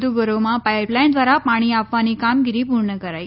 વધુ ઘરોમાં પાઈપલાઈન દ્વારા પાણી આપવાની કામગીરી પૂર્ણ કરાઈ